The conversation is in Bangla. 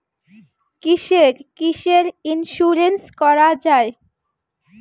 কিসের কিসের ইন্সুরেন্স করা যায়?